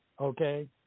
okay